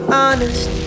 honest